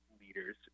leaders